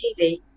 TV